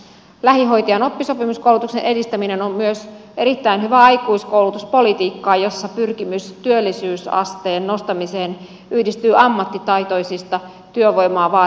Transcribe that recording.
lähihoitajan oppisopimuskoulutuksen edistäminen on myös erittäin hyvää aikuiskoulutuspolitiikkaa jossa pyrkimys työllisyysasteen nostamiseen yhdistyy ammattitaitoisista työvoimaa vaan